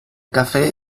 café